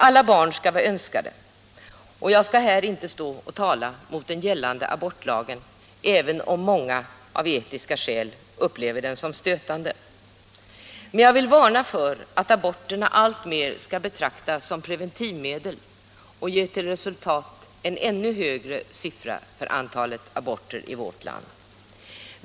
Alla barn skall vara önskade, och jag skall här inte stå och tala mot den gällande abortlagen även om många av etiska skäl upplever den som stötande. Men jag vill varna för att aborterna alltmer skall betraktas som preventivmedel och ge till resultat en ännu högre siffra för antalet aborter i vårt land.